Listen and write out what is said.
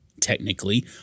technically